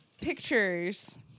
pictures